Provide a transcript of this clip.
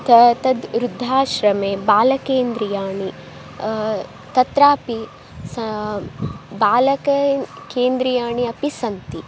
तत्र तद् वृद्धाश्रमे बालकेन्द्राणि तत्रापि सः बालकेभ्यः केन्द्राणि अपि सन्ति